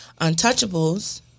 Untouchables